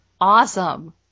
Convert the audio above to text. awesome